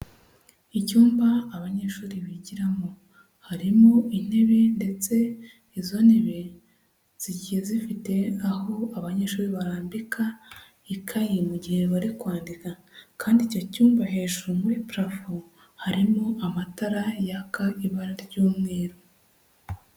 Icyumba abanyeshuri bigiramo, harimo intebe ndetse izo ntebe zigiye zifite aho abanyeshuri barambika ikayi mu gihe bari kwandika kandi icyo cyumba hejuru muri parafo harimo amatara yaka ibara ry'umweru.